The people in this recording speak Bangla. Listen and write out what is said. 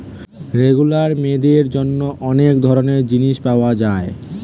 রেগুলার মেয়েদের জন্যে অনেক ধরণের জিনিস পায়া যায়